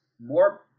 more